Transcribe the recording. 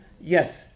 Yes